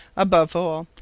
above all,